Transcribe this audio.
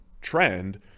trend